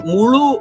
Mulu